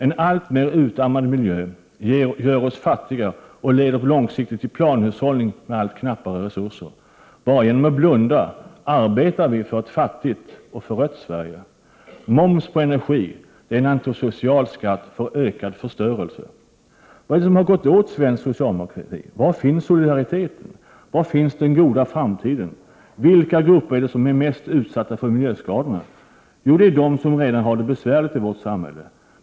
En alltmer utarmad miljö gör oss fattiga och leder på lång sikt till planhushållning med knappare resurser. Bara genom att blunda arbetar vi för ett fattigt och förött Sverige. Moms på energi är en antisocial skatt för ökad förstörelse. 115 Vad är det som har gått åt svensk socialdemokrati? Var finns solidariteten? Var finns den goda framtiden? Vilka grupper är det som är mest utsatta för miljöskadorna? Jo, det är de som redan har det besvärligt i vårt samhälle.